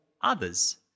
others